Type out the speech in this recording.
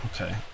okay